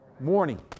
morning